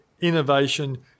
Innovation